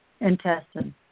Intestine